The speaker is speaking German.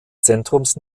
zentrums